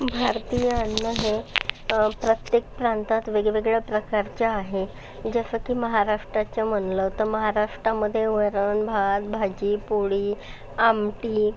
भारतीय अन्न हे प्रत्येक प्रांतात वेगवेगळ्या प्रकारचं आहे जसं की महाराष्ट्राचं म्हणलं तर महाराष्ट्रामध्ये वरण भात भाजी पोळी आमटी